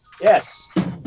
Yes